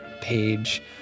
page